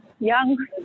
Young